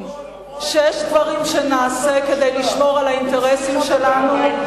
והעולם מבין שיש דברים שנעשה כדי לשמור על האינטרסים שלנו.